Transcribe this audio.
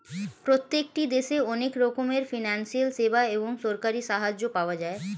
প্রত্যেকটি দেশে অনেক রকমের ফিনান্সিয়াল সেবা এবং সরকারি সাহায্য পাওয়া যায়